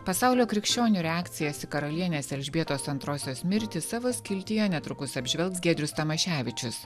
pasaulio krikščionių reakcijas į karalienės elžbietos antrosios mirtį savo skiltyje netrukus apžvelgs giedrius tamaševičius